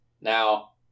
now